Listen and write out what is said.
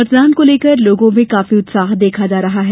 मतदान को लेकर लोगों में काफी उत्साह देखा जा रहा है